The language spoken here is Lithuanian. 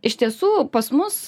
iš tiesų pas mus